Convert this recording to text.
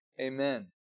Amen